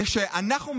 זה שאנחנו מדברים,